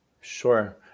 sure